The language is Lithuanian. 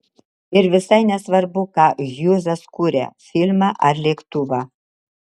ir visai nesvarbu ką hjūzas kuria filmą ar lėktuvą